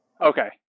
Okay